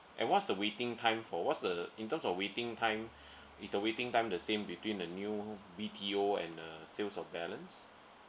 and what's the waiting time for what's the in terms of waiting time is the waiting time the same between the new B_T_O and uh sales of balance